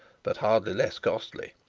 but hardly less costly.